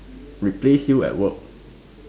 replace you at work